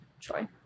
Troy